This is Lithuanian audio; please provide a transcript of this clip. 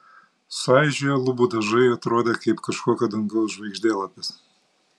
sueižėję lubų dažai atrodė kaip kažkokio dangaus žvaigždėlapis